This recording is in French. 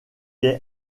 est